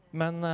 men